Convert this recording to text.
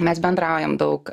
mes bendraujam daug